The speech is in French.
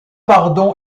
pardon